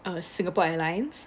uh singapore airlines